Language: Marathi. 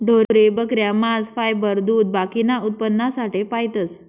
ढोरे, बकऱ्या, मांस, फायबर, दूध बाकीना उत्पन्नासाठे पायतस